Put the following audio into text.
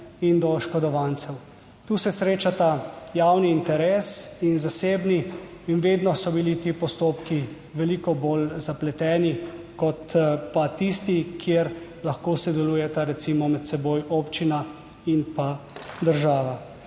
in do oškodovancev. Tu se srečata javni interes in zasebni in vedno so bili ti postopki veliko bolj zapleteni kot pa tisti, kjer lahko sodelujeta recimo med seboj občina in pa država.